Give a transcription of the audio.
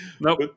Nope